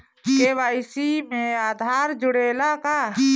KYC में आधार जुड़े ला का?